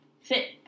fit